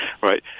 right